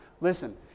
Listen